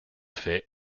fait